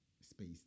space